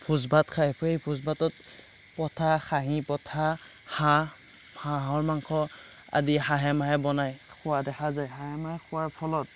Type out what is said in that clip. ভোজ ভাত খায় সেই ভোজ ভাতত পঠা খাহী পঠা হাঁহ হাঁহৰ মাংস আদি হাঁহে মাহে বনাই খোৱা দেখা যায় হাঁহে মাহে খোৱাৰ ফলত